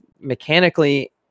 mechanically